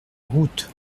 route